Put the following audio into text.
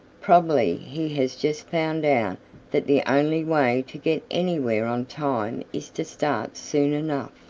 probably he has just found out that the only way to get anywhere on time is to start soon enough.